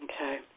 Okay